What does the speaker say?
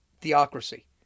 theocracy